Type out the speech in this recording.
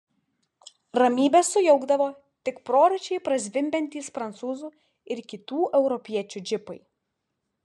ramybę sujaukdavo tik prorečiai prazvimbiantys prancūzų ir kitų europiečių džipai